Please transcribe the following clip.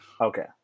Okay